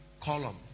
column